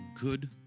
good